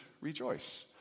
rejoice